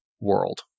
World